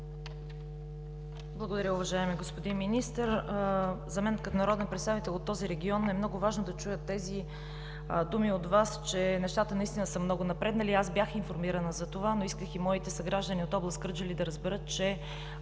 Благодаря, уважаеми господин Министър. За мен като народен представител от този регион е много важно да чуя тези думи от Вас, че нещата наистина са много напреднали. Аз бях информирана за това, но исках и моите съграждани от област Кърджали да разберат, че